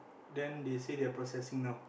then they say they are processing now